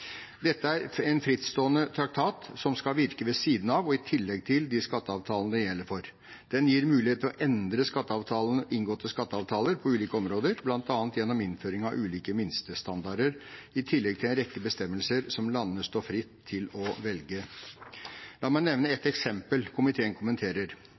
Dette er en frittstående traktat som skal virke ved siden av og i tillegg til de skatteavtalene den gjelder for. Den gir mulighet til å endre inngåtte skatteavtaler på ulike områder, bl.a. gjennom innføring av ulike minstestandarder i tillegg til en rekke bestemmelser som landene står fritt til å velge. La meg nevne ett eksempel komiteen kommenterer.